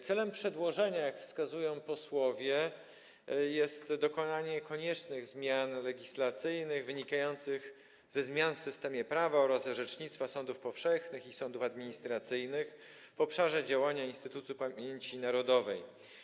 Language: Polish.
Celem przedłożenia, jak wskazują posłowie, jest dokonanie koniecznych zmian legislacyjnych wynikających ze zmian w systemie prawa oraz orzecznictwa sądów powszechnych i sądów administracyjnych w obszarze działania Instytutu Pamięci Narodowej.